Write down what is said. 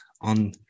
on